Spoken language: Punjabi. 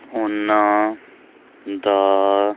ਉਨ੍ਹਾਂ ਦਾ